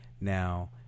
Now